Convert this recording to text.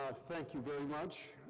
ah thank you very much.